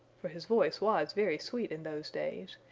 for his voice was very sweet in those days,